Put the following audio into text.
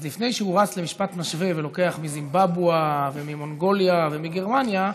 אז לפני שהוא רץ למשפט משווה ולוקח מזימבבואה וממונגוליה ומגרמניה,